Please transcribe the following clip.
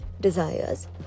desires